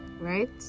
right